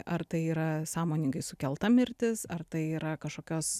ar tai yra sąmoningai sukelta mirtis ar tai yra kažkokios